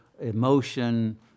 emotion